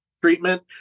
treatment